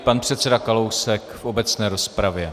Pan předseda Kalousek v obecné rozpravě.